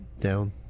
down